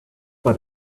but